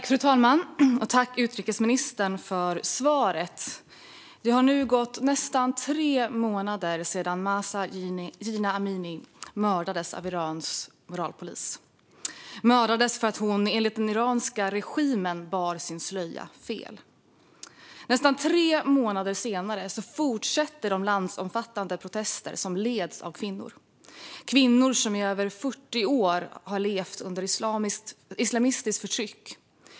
Fru talman! Jag tackar utrikesministern för svaret. Det har nu gått nästan tre månader sedan Mahsa Jina Amini mördades av Irans moralpolis. Hon mördades för att hon enligt den iranska regimen bar sin slöja fel. Nästan tre månader senare fortsätter de landsomfattande protester som leds av kvinnor. Kvinnorna i Iran har i över 40 år levt under islamistiskt förtryck.